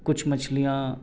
کچھ مچھلیاں